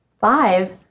Five